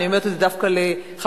ואני אומרת את זה דווקא לחברי,